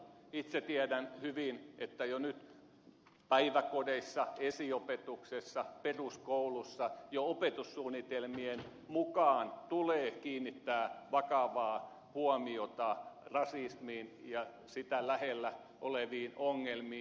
itse tiedän hyvin että jo nyt päiväkodeissa esiopetuksessa peruskoulussa jo opetussuunnitelmien mukaan tulee kiinnittää vakavaa huomiota rasismiin ja sitä lähellä oleviin ongelmiin